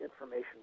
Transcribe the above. information